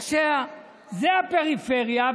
זו הפריפריה,